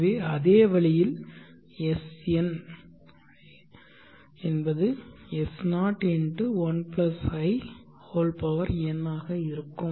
எனவே அதே வழியில் Sn S0×1i n ஆக இருக்கும்